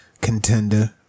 Contender